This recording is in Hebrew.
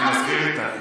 אני מסכים איתך.